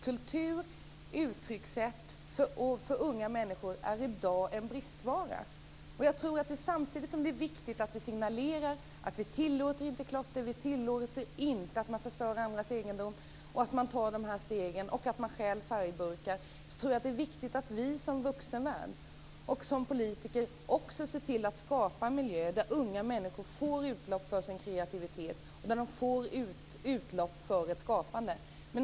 Kultur och uttryckssätt för unga människor är i dag en bristvara. Samtidigt som att det är viktigt att vi signalerar att vi inte tillåter klotter, att vi inte tillåter att man förstör andras egendom och tar de här stegen som att stjäla färgburkar, tror jag också att det är viktigt att vi som vuxenvärld och som politiker ser till att skapa miljöer där unga människor får utlopp för sin kreativitet och där de får utlopp för ett skapande.